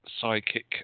psychic